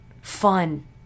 fun